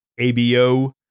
ABO